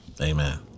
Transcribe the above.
Amen